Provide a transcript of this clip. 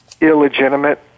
illegitimate